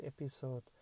episode